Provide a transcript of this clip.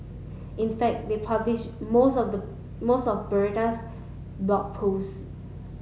in fact they publish most of the most of Bertha's Blog Posts